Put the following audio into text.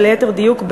ליתר דיוק,